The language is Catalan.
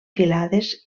filades